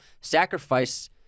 sacrifice